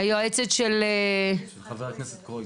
היועצת של חבר הכנסת קרויזר.